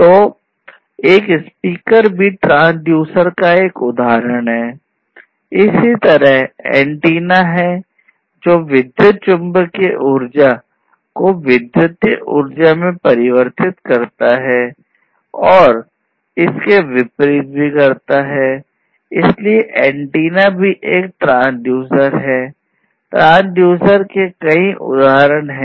तो एक स्पीकर भी ट्रांसड्यूसर का एक और उदाहरण है